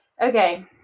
Okay